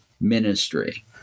ministry